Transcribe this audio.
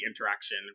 interaction